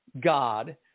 God